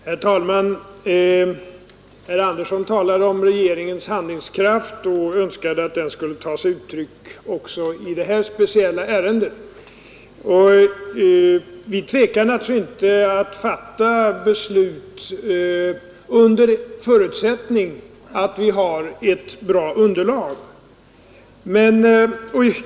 Herr talman! Herr Andersson i Ljung talade om regeringens handlingskraft och önskade att denna skulle ta sig uttryck också när det gäller det här speciella ärendet. Vi tvekar naturligtvis inte att fatta beslut under förutsättning att vi har ett bra underlag.